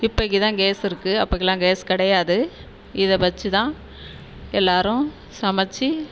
இப்பைக்கி தான் கேஸ் இருக்குது அப்பைக்கிலாம் கேஸ் கிடையாது இதை வச்சு தான் எல்லோரும் சமைச்சி